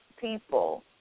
people